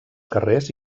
carrers